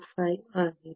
25 ಆಗಿದೆ